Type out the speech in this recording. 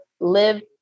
live